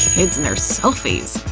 kids and their selfies.